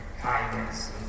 kindness